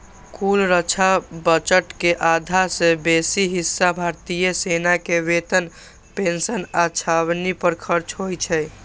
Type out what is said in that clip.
कुल रक्षा बजट के आधा सं बेसी हिस्सा भारतीय सेना के वेतन, पेंशन आ छावनी पर खर्च होइ छै